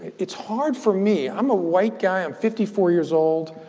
it's hard for me. i'm a white guy. i'm fifty four years old.